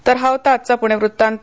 तर हा होता आजचा पुणे वृत्तांत